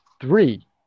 three